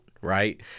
Right